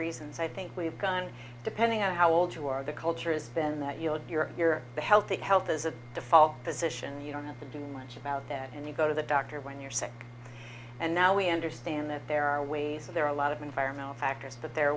reasons i think we've done depending on how old you are the culture has been that you had your healthy health as a default position you don't have to do much about that and you go to the doctor when you're sick and now we understand that there are ways of there are a lot of environmental factors but there are